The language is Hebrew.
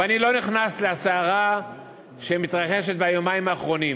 ואני לא נכנס לסערה שמתרחשת ביומיים האחרונים,